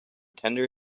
tender